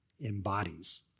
embodies